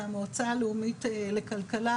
והמועצה הלאומית לכלכלה,